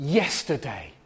yesterday